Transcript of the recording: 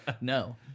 no